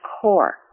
core